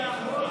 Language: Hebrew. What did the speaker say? לא תהיה אכיפה.